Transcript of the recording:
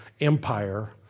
empire